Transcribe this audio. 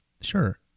sure